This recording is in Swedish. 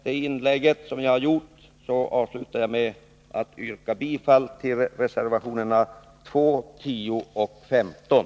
Jag avslutar detta inlägg med att yrka bifall till reservationerna 2, 10 och 15.